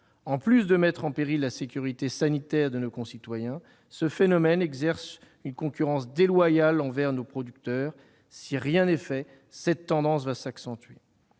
En plus de mettre en péril la sécurité sanitaire de nos concitoyens, ce phénomène autorise une concurrence déloyale au détriment de nos producteurs. Si rien n'est fait, cette tendance va s'accentuer.